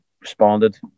responded